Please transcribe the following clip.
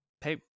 pay